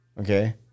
Okay